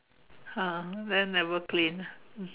!huh! then never clean ah